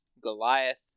Goliath